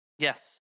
yes